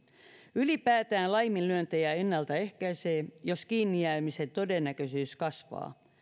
ylipäätään laiminlyöntejä ennaltaehkäisee jos kiinni jäämisen todennäköisyys kasvaa